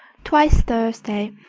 twice thursday,